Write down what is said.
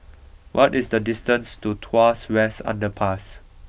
what is the distance to Tuas West Underpass